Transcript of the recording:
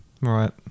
Right